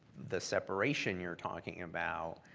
the separation you're talking about